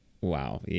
wow